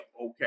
okay